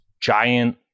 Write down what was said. giant